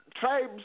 tribes